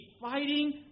fighting